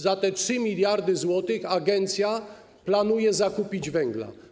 za te 3 mld zł agencja planuje zakupić węgla?